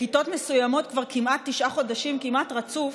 בכיתות מסוימות כבר כמעט תשעה כמעט רצוף,